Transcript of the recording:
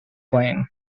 plane